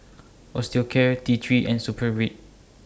Osteocare T three and Supravit